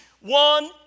one